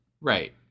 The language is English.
Right